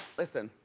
listen.